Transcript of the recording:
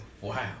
wow